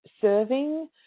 serving